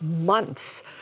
months